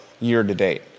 year-to-date